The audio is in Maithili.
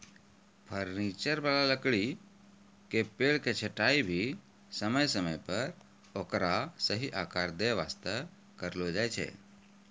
फर्नीचर वाला लकड़ी के पेड़ के छंटाई भी समय समय पर ओकरा सही आकार दै वास्तॅ करलो जाय छै